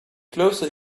closer